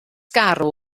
garw